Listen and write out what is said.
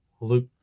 Luke